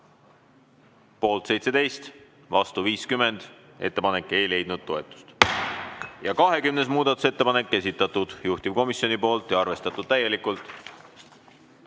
Poolt 17, vastu 50. Ettepanek ei leidnud toetust. Ja 20. muudatusettepanek, esitanud juhtivkomisjon ja arvestatud täielikult.